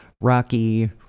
Rocky